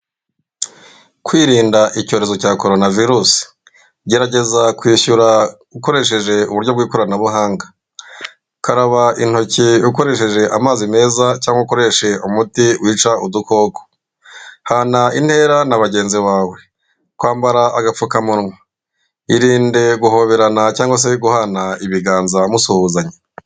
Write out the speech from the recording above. Kwirinda icyorezo cya coronavirusi; gerageza kwishyura ukoresheje uburyo bw'ikoranabuhanga, karaba intoki ukoresheje amazi meza cyangwa ukoreshe umuti wica udukoko, hana intera na bagenzi bawe, kwambara agapfukamunwa, irinde guhoberana cyangwa se guhana ibiganza musuhuzanya.